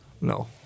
no